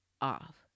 off